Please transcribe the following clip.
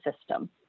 system